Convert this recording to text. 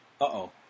Uh-oh